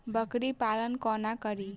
बकरी पालन कोना करि?